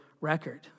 record